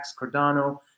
Cardano